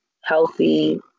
healthy